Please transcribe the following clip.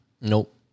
Nope